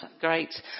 great